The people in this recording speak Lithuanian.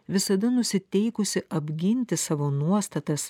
visada nusiteikusi apginti savo nuostatas